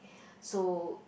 so